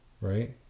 Right